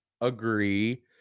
agree